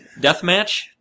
Deathmatch